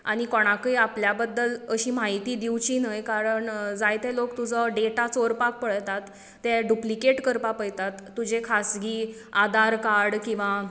आनी कोणाकय आपल्या बद्दल अशी म्हायती दिवची न्हय कारण जायते लोक तुजो डेटा चोरपाक पळयतात ते ड्युप्लिकेट करपाक पळयतात तुजें खासगी आदार कार्ड किंवा